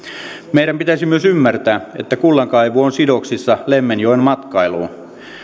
meidän pitäisi myös ymmärtää että kullankaivuu on sidoksissa lemmenjoen matkailuun